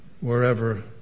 wherever